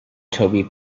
toby